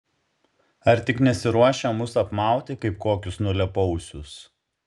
ar tik nesiruošia mus apmauti kaip kokius nulėpausius